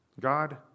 God